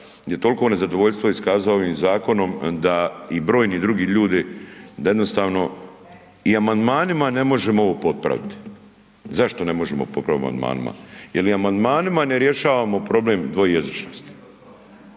je toliko nezadovoljstva iskazao ovim zakonom da i brojni drugi ljudi da jednostavno i amandmanima ne možemo ovo popraviti. Zašto ne možemo popraviti amandmanima? Jer amandmanima ne rješavamo problem dvojezičnosti,